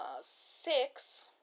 six